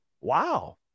Wow